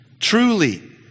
Truly